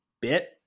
bit